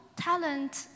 talent